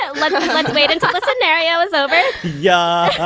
ah let's like wait until the scenario is over. yeah